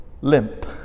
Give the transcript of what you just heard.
limp